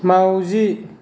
माउजि